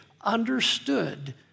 understood